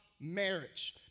marriage